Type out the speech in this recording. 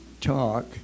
talk